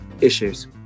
issues